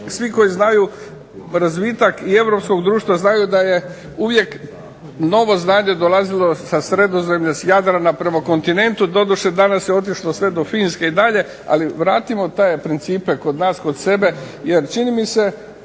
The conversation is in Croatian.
svi koji znaju razvitak i europskog društva znaju da je uvijek novo znanje dolazilo sa Sredozemlja, s Jadrana prema kontinentu, doduše danas je otišlo sve do Finske i dalje, ali vratimo te principe kod nas, kod sebe jer čini mi se,